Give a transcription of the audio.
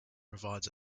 provides